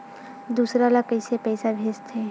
दूसरा ला कइसे पईसा भेजथे?